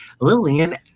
Lillian